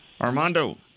Armando